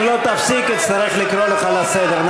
אם לא תפסיק אצטרך לקרוא אותך לסדר.